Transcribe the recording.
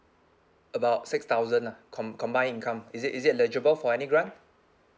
about six thousand lah com~ combined income is it is it eligible for any grant